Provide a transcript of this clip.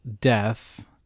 death